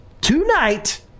tonight